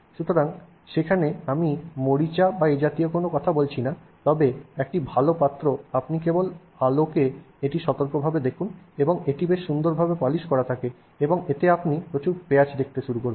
সুতরাং সেখানে আমি মরিচা বা এ জাতীয় কোনও কথা বলছি না তবে একটি ভাল পাত্র আপনি কেবল আলোকে এটি সতর্কভাবে দেখুন এবং এটি সুন্দরভাবে পালিশ করা থাকে এবং এতে আপনি প্রচুর প্যাচ দেখতে শুরু করবেন